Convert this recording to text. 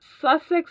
sussex